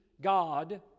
God